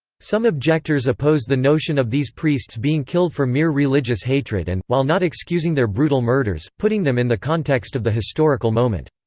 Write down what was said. some objectors oppose the notion of these priests being killed for mere religious hatred and, while not excusing their brutal murders, putting them in the context of the historical moment.